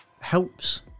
helps